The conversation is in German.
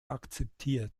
akzeptiert